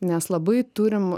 nes labai turim